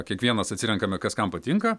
kiekvienas atsirenkame kas kam patinka